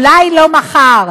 אולי לא מחר,